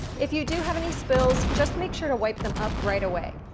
if you do have any spills just make sure to wipe them up right away.